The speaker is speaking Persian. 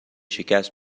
شکست